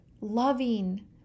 loving